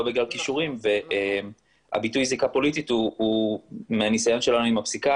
בגלל כישורים והביטוי זיקה פוליטית מהניסיון שלנו עם הפסיקה